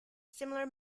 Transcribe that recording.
similar